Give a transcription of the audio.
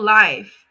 life